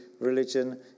religion